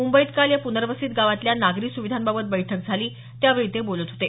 मुंबईत काल या पुनर्वसित गावातल्या नागरी सुविधांबाबत बैठक झाली त्यावेळी ते बोलत होते